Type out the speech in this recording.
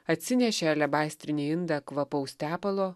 atsinešė alebastrinį indą kvapaus tepalo